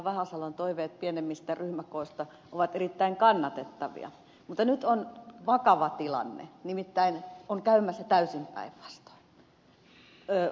vahasalon toiveet pienemmistä ryhmäkooista ovat erittäin kannatettavia mutta nyt on vakava tilanne nimittäin on käymässä täysin päinvastoin